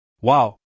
Wow